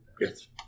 Yes